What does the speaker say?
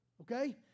Okay